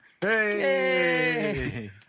Hey